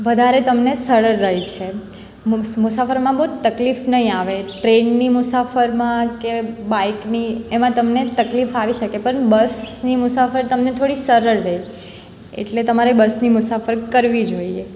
વધારે તમને સરળ રહે છે મુસાફરમાં બહું તકલીફ નહીં આવે ટ્રેનની મુસાફરીમાં કે બાઈકની એમાં તમને તકલીફ આવી શકે પણ બસની મુસાફર તમને થોડી સરળ રહે એટલે તમારે બસની મુસાફરી કરવી જોઈએ